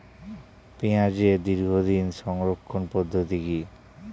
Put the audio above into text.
পেঁয়াজের দীর্ঘদিন সংরক্ষণ পদ্ধতি কি?